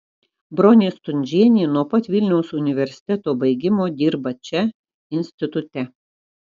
bronė stundžienė nuo pat vilniaus universiteto baigimo dirba čia institute